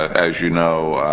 as you know,